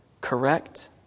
Correct